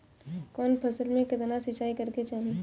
कवन फसल में केतना सिंचाई करेके चाही?